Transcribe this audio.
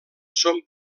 són